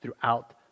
throughout